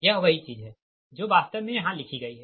यह वही चीज है जो वास्तव मे यहाँ लिखी गई है